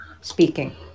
speaking